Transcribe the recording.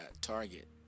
Target